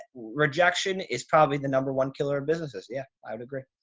rejection is probably the number one killer of businesses. yeah, i would agree.